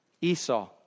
Esau